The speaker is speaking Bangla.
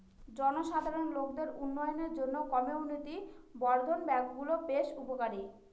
জনসাধারণ লোকদের উন্নয়নের জন্য কমিউনিটি বর্ধন ব্যাঙ্কগুলা বেশ উপকারী